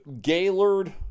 Gaylord